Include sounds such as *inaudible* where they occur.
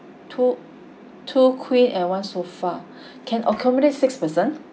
two two queen and one sofa *breath* can accommodate six person